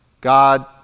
God